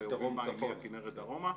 הרי מהכנרת דרומה,